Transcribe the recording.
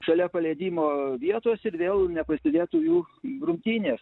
šalia paleidimo vietos ir vėl neprasidėtų jų grumtynės